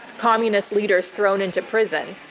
communist leaders, thrown into prison.